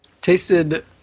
tasted